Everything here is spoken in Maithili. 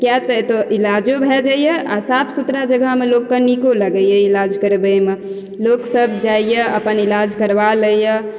किए तऽ एतए इलाजो भए जाइया आ साफ सुथरा जगहमे लोकके नीको लगैया इलाज करबैमे लोक सब जाइया अपन इलाज करवा लैया